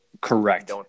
Correct